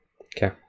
Okay